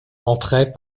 entrait